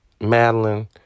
Madeline